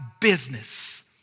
business